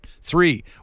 Three